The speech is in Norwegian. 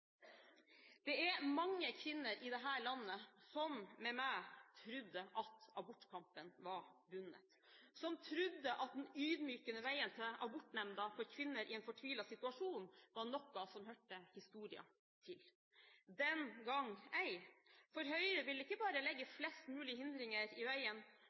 Det er mange kvinner i dette landet som med meg trodde at abortkampen var vunnet, som trodde at den ydmykende veien til abortnemnda for kvinner i en fortvilet situasjon var noe som hørte historien til, men den gang ei. Høyre vil ikke bare legge flest mulig hindringer i veien